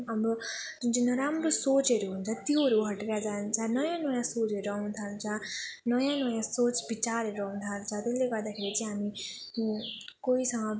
हाम्रो जुन चाहिँ नराम्रो सोचहरू हुन्छ त्योहरू हटेर जान्छ नयाँ नयाँ सोचहरू आउन थाल्छ नयाँ नयाँ सोच विचारहरू आउन थाल्छ त्यसले गर्दाखेरि चाहिँ हामी कोहीसँग